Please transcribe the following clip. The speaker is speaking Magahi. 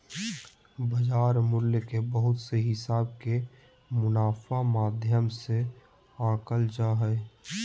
बाजार मूल्य के बहुत से हिसाब के मुनाफा माध्यम से आंकल जा हय